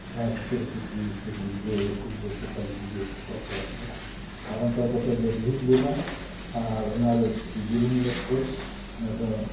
ᱡᱟᱦᱟᱸᱭ ᱠᱚ ᱥᱚᱨᱚᱥᱚᱛᱤ ᱥᱮ ᱫᱩᱨᱜᱟᱹ ᱯᱩᱡᱟᱹ ᱥᱮ ᱠᱟᱹᱞᱤ ᱯᱩᱡᱟᱹ ᱵᱟᱠᱷᱟᱨᱟᱛᱮ ᱟᱨ ᱚᱱᱠᱟ ᱠᱟᱛᱮ ᱞᱮ ᱨᱤᱦᱤᱴ ᱞᱮᱫᱟ ᱟᱨ ᱚᱱᱟ ᱨᱮ ᱩᱱᱠᱩ ᱠᱚ ᱡᱩᱞᱩᱢ ᱞᱮᱫᱛᱮ ᱚᱱᱟ ᱫᱚ